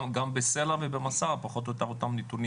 גם במסע וסלע יש פחות או יותר אותם נתונים.